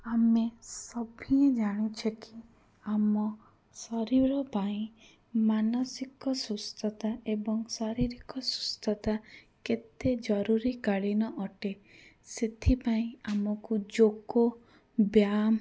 ଆମେ ସଭିଏଁ ଜାଣୁଛେ କି ଆମ ଶରୀର ପାଇଁ ମାନସିକ ସୁସ୍ଥତା ଏବଂ ଶାରୀରିକ ସୁସ୍ଥତା କେତେ ଜରୁରୀକାଳିନ ଅଟେ ସେଥିପାଇଁ ଆମକୁ ଯୋଗ ବ୍ୟାୟାମ